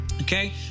okay